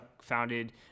founded